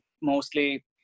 mostly